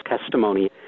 testimony